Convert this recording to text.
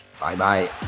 Bye-bye